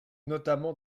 notamment